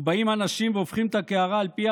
ובאים אנשים והופכים את הקערה על פיה